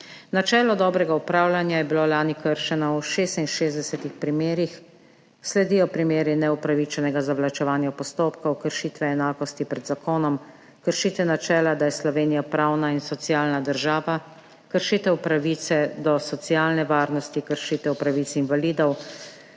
Načelo dobrega upravljanja je bilo lani kršeno v 66 primerih, sledijo primeri neupravičenega zavlačevanja postopkov, kršitve enakosti pred zakonom, kršitve načela, da je Slovenija pravna in socialna država, kršitve pravice do socialne varnosti, kršitve pravic invalidov,